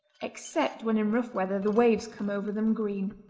except when in rough weather the waves come over them green.